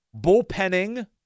bullpenning